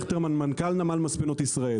מנכ"ל נמל מספנות ישראל.